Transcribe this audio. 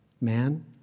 man